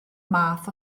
math